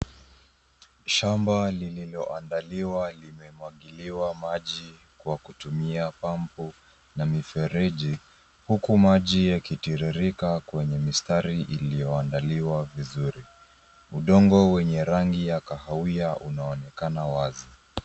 Shamba lililoandaliwa limemwagiliwa maji kwa kutumia pampu na mifereji huku maji yakitiririka kwenye mistari iliyoandaliwa vizuri. Udongo wenye rangi ya kahawia unaonekana wazi.